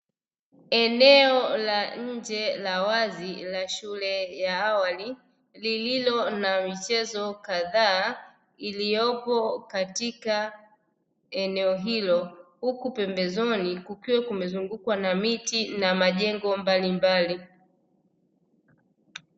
Eneo la nje la wazi la shule ya awali lililo na michezo kadhaa, iliyopo katika eneo hilo huku pembezoni kukiwa kumezungukwa na miti na majengo mbalimbali.